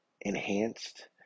enhanced